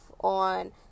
on